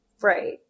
Right